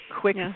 quick